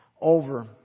over